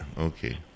Okay